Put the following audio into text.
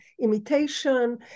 imitation